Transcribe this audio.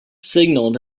signaled